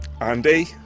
Andy